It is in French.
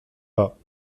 pas